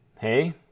Hey